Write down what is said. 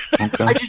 Okay